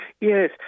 Yes